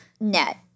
net